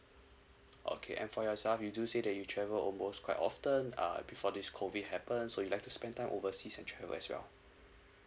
okay and for yourself you do say that you travel almost quite often uh before this COVID happen so you like to spend time overseas and travel as well